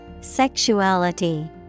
Sexuality